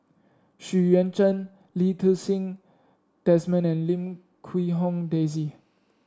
Xu Yuan Zhen Lee Ti Seng Desmond and Lim Quee Hong Daisy